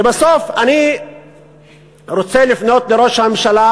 לבסוף, אני רוצה לפנות לראש הממשלה